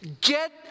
get